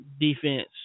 defense